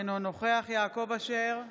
אינו נוכח יעקב אשר,